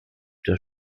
der